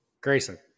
Grayson